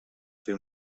fer